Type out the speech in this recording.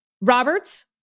Roberts